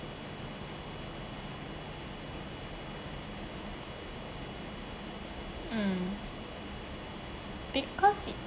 mm because it